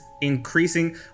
increasing